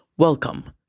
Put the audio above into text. Welcome